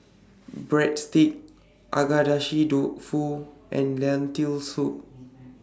Breadsticks Agedashi Dofu and Lentil Soup